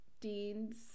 Dean's